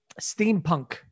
steampunk